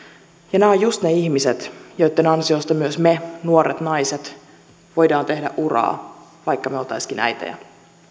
ja nämä ovat just ne ihmiset joitten ansiosta myös me nuoret naiset voimme tehdä uraa vaikka me olisimmekin äitejä